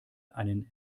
einen